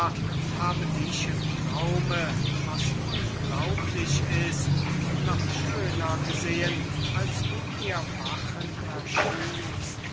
habe dich im traume was unglaublich ist noch schöner gesehen als du mir wachend erscheinst